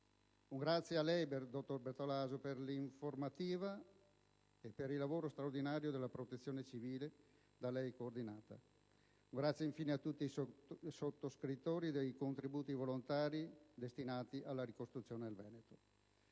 Un grazie a lei, dottor Bertolaso, per l'informativa e per il lavoro straordinario della Protezione civile da lei coordinata. Grazie infine a tutti i sottoscrittori dei contributi volontari destinati alla ricostruzione del Veneto.